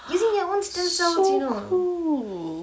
so cool